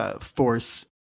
force